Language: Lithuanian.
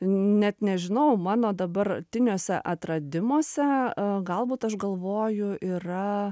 net nežinau mano dabartiniuose atradimuose galbūt aš galvoju yra